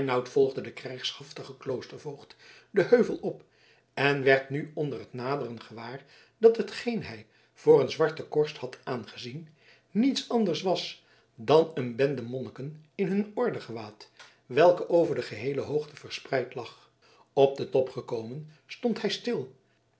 volgde den krijgshaftigen kloostervoogd den heuvel op en werd nu onder het naderen gewaar dat hetgeen hij voor een zwarte korst had aangezien niets anders was dan een bende monniken in hun ordegewaad welke over de geheele hoogte verspreid lag op den top gekomen stond hij stil